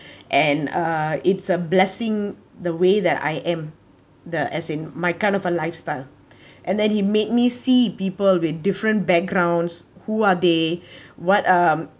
and uh it's a blessing the way that I am the as in my kind of a lifestyle and then he made me see people with different backgrounds who are they what um